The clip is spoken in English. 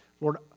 Lord